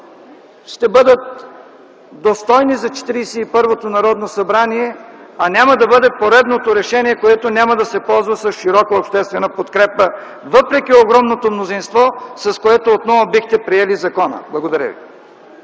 ще бъдат достойни за 41-то Народно събрание, а няма да бъде поредното решение, което няма да се ползва с широка обществена подкрепа, въпреки огромното мнозинство, с което отново бихте приели закона. Благодаря Ви.